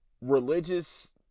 religious